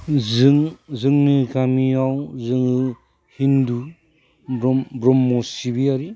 जोंनि गामियाव जोङो हिन्दु ब्रह्म सिबियारि